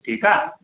ठीकु आहे